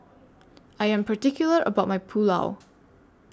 I Am particular about My Pulao